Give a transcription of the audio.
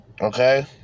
Okay